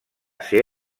ser